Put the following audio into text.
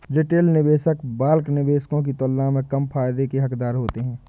retail निवेशक bulk निवेशकों की तुलना में कम फायदे के हक़दार होते हैं